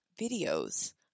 videos